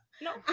no